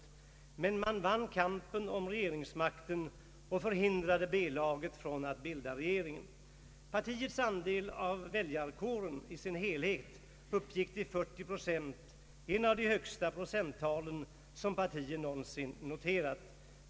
Allmänpolitisk debatt Men man vann kampen om regeringsmakten och förhindrade B-laget från att bilda regering. Partiets andel av väljarkåren i sin helhet uppgick till 40 procent, ett av de högsta procenttal som partiet någonsin har noterat.